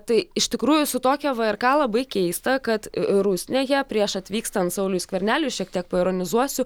tai iš tikrųjų su tokia vrk labai keista kad rusnėje prieš atvykstant sauliui skverneliui šiek tiek paironizuosiu